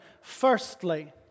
Firstly